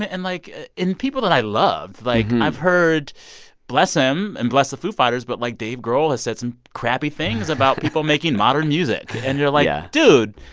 and, like ah and people that i love. like, i've heard bless him and bless the foo fighters but, like, dave grohl has said some crappy things about people making modern music. and you're like. yeah. dude.